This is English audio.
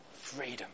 freedom